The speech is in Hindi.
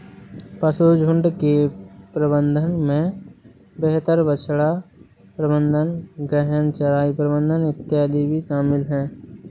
पशुझुण्ड के प्रबंधन में बेहतर बछड़ा प्रबंधन, गहन चराई प्रबंधन इत्यादि भी शामिल है